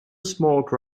smoke